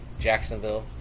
Jacksonville